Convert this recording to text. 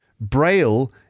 Braille